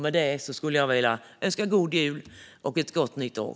Med det vill jag önska: God jul och ett gott nytt år!